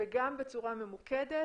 וגם בצורה ממוקדת,